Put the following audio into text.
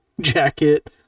jacket